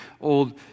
old